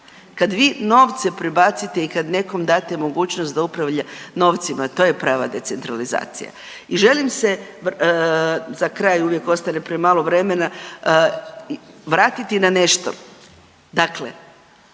kada vi novce prebacite i kada nekom date mogućnost da upravlja novcima to je prava decentralizacija. I želim se, za kraj uvijek ostane premalo vremena, vratiti na nešto,